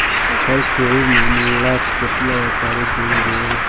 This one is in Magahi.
कर चोरीर मामलात कतेला व्यापारी जेल गेल